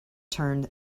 turn